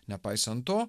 nepaisant to